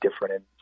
different